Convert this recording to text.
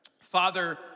Father